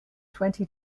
twenty